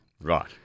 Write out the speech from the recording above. Right